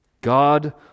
God